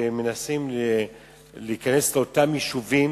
ומנסים להיכנס, ליישובים